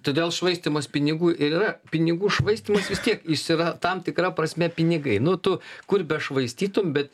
todėl švaistymas pinigų ir yra pinigų švaistymas vis tiek jis yra tam tikra prasme pinigai nu tu kur bešvaistytum bet